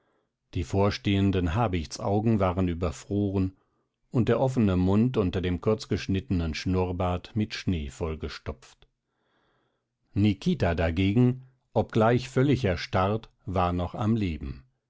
die vorstehenden habichtsaugen waren überfroren und der offene mund unter dem kurzgeschnittenen schnurrbart mit schnee vollgestopft nikita dagegen obgleich völlig erstarrt war noch am leben